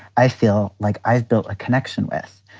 i feel like i've built a connection with.